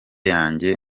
yanjye